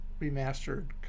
remastered